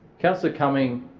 councillor cumming